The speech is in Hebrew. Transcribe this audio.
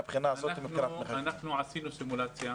אנחנו עשינו סימולציה.